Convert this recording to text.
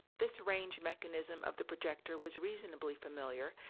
this range mechanism of the projector was reasonably familiar,